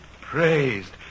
praised